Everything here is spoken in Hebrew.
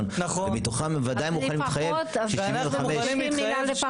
ומתוכם בוודאי הם מוכנים להתחייב ש-75 --- אז לפחות?